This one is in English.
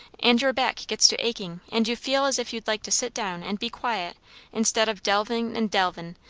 and your back gets to aching, and you feel as if you'd like to sit down and be quiet instead of delvin' and delvin',